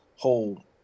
whole